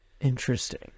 Interesting